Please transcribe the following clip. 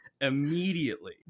immediately